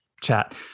chat